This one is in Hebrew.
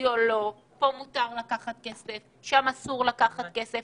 בסטודיו לא, פה מותר לקחת כסף, שם אסור לקחת כסף.